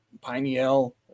Pineal